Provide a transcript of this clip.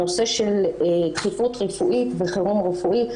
הנושא של דחיפות רפואית וחירום רפואי.